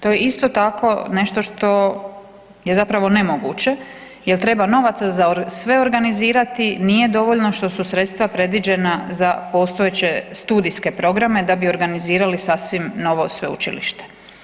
To je isto tako nešto što je zapravo nemoguće jer treba novaca za sve organizirati, nije dovoljno što su sredstva predviđena za postojeće studijske programe da bi organizirali sasvim novo sveučilište.